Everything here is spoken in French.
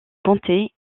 comté